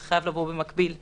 זה חייב לבוא במקביל לחוק.